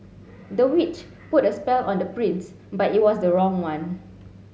the witch put a spell on the prince but it was the wrong one